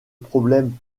problème